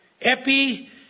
epi